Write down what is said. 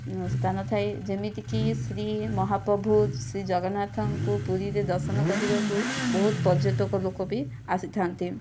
ସ୍ଥାନ ଥାଏ ଯେମିତିକି ଶ୍ରୀ ମହାପ୍ରଭୁ ଶ୍ରୀ ଜଗନ୍ନାଥଙ୍କୁ ପୁରୀରେ ଦର୍ଶନ କରିବାକୁ ବହୁତ ପର୍ଯ୍ୟଟକ ଲୋକ ବି ଆସିଥାନ୍ତି